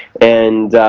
and